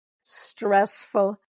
stressful